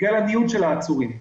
בגלל הניוד של העצורים,